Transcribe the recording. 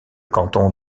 canton